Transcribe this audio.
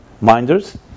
minders